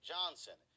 Johnson